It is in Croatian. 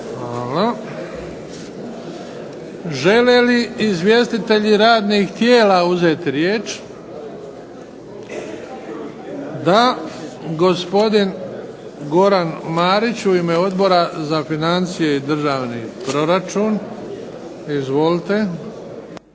Hvala. Žele li izvjestitelji radnih tijela uzeti riječ? Da. Gospodin Goran Marić u ime Odbora za financije i državni proračun. Izvolite.